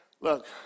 Look